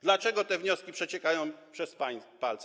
Dlaczego te wnioski przeciekają nam przez palce?